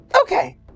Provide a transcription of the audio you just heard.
Okay